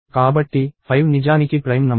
కాబట్టి 5 నిజానికి prime number